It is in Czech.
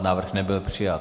Návrh nebyl přijat.